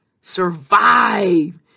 survive